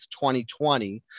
2020